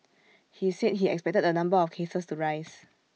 he said he expected the number of cases to rise